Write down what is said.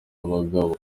abagabo